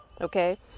okay